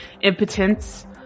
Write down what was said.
impotence